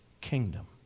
kingdom